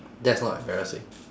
that's not embarrassing